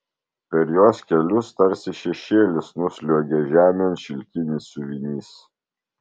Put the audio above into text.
per jos kelius tarsi šešėlis nusliuogia žemėn šilkinis siuvinys